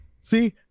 see